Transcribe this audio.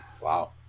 Wow